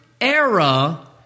era